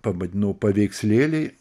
pavadinau paveikslėliai